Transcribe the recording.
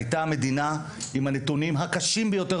הייתה המדינה עם הנתונים הקשים ביותר